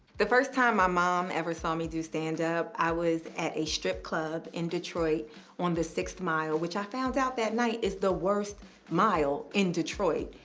the first time my mom ever saw me do standup, i was at a strip club in detroit on the sixth mile, which i found out last night is the worst mile in detroit.